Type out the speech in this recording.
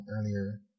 earlier